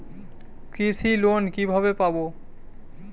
কৃষি লোন কিভাবে পাব?